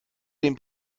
den